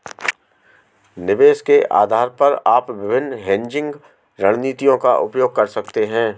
निवेश के आधार पर आप विभिन्न हेजिंग रणनीतियों का उपयोग कर सकते हैं